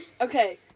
Okay